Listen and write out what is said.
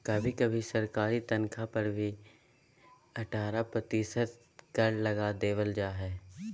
कभी कभी सरकारी तन्ख्वाह पर भी अट्ठारह प्रतिशत कर लगा देबल जा हइ